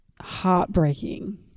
heartbreaking